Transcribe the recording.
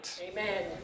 Amen